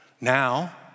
now